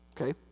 Okay